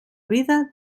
vida